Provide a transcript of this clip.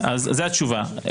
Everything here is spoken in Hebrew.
זו התשובה.